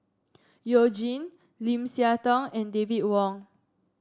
You Jin Lim Siah Tong and David Wong